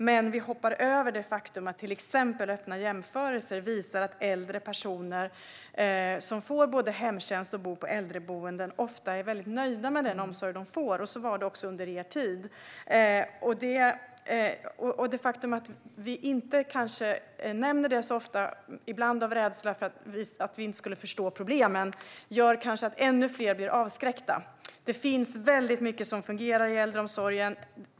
Men vi hoppar över det faktum att till exempel Öppna jämförelser visar att äldre personer, både de som får hemtjänst och de som bor på äldreboenden, ofta är mycket nöjda med den omsorg som de får. Så var det också under er tid. Det faktum att vi kanske inte nämner det så ofta, ibland av rädsla för att vi inte skulle förstå problemen, gör kanske att ännu fler blir avskräckta. Det finns väldigt mycket som fungerar i äldreomsorgen.